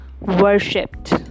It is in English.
worshipped